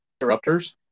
interrupters